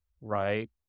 right